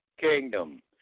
kingdom